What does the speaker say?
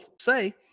say